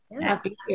happy